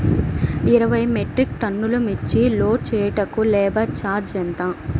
ఇరవై మెట్రిక్ టన్నులు మిర్చి లోడ్ చేయుటకు లేబర్ ఛార్జ్ ఎంత?